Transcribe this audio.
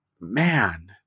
man